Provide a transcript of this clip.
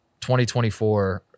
2024